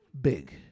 Big